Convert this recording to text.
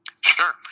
Sure